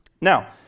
Now